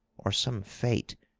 or some fate,